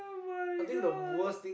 my god